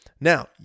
Now